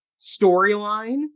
storyline